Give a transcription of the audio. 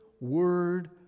word